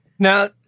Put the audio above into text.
Now